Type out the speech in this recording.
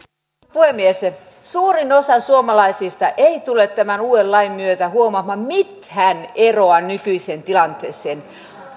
puhemies suurin osa suomalaisista ei tule tämän uuden lain myötä huomaamaan mitään eroa nykyiseen tilanteeseen